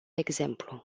exemplu